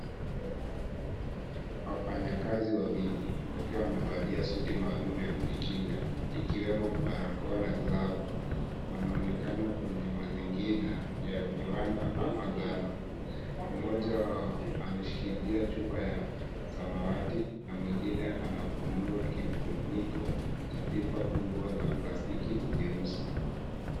Wafanyakazi wawili wakiwa wamevalia suti maalum ya kujikinga, ikiwemo barakoa na glavu, wanaonekana kwenye wazingira ya viwanda ama gala, mmoja wao ameshikilia chupa ya samawati na mwengine anafunua kifuniko cha pipa kubwa la plastiki nyeusi.